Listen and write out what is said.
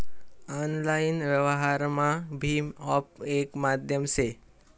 online व्यवहारमा भीम app येक माध्यम से